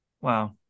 Wow